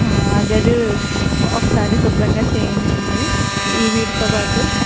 గది ఒకసారి శుభ్రంగా చేయించండి ఇవ్విటితో పాటు